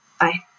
Bye